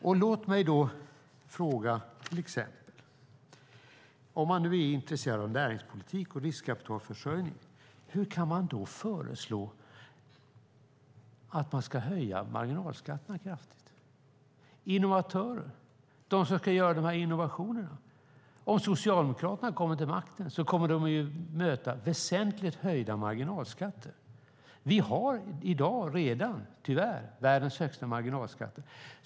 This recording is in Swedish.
Om man nu är intresserad av näringspolitik och riskkapitalförsörjning, hur kan man då föreslå att man ska höja marginalskatterna kraftigt? Om Socialdemokraterna kommer till makten så kommer innovatörerna, de som ska göra innovationerna, att möta väsentligt höjda marginalskatter. Vi har i dag redan tyvärr världens högsta marginalskatter.